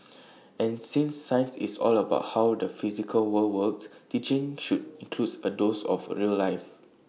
and since science is all about how the physical world works teaching should includes A dose of real life